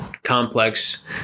Complex